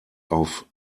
auf